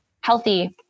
healthy